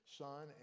son